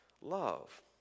love